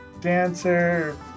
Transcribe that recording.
dancer